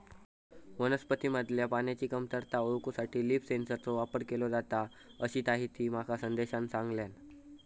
वनस्पतींमधल्या पाण्याची कमतरता ओळखूसाठी लीफ सेन्सरचो वापर केलो जाता, अशीताहिती माका संदेशान सांगल्यान